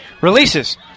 Releases